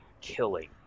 killing